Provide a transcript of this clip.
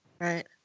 Right